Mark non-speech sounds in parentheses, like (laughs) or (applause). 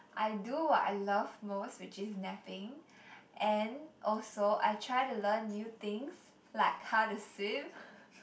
I do what I love most which is napping (breath) and also I try to learn new things like how to swim (laughs)